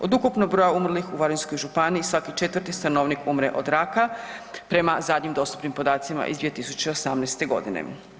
Od ukupnog broja umrlog u Varaždinskoj županiji svaki 4 stanovnik umre od raka prema zadnjim dostupnim podacima iz 2018. godine.